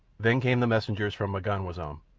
then came the messengers from m'ganwazam,